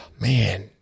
Man